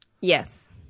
Yes